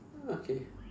okay